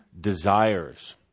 desires